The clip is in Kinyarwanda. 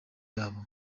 yabo